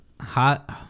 Hot